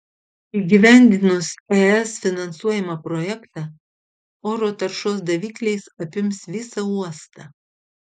įgyvendinus es finansuojamą projektą oro taršos davikliais apims visą uostą